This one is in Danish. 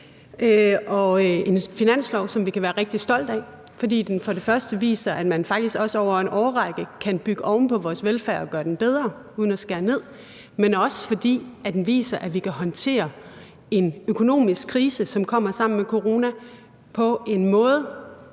en finanslov, som vi kan være rigtig stolte af, fordi den for det første viser, at man faktisk også over en årrække kan bygge oven på vores velfærd og gøre den bedre uden at skære ned, men for det andet også viser, at vi kan håndtere en økonomisk krise, som kommer sammen med corona, på en måde,